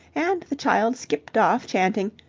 and the child skipped off chanting,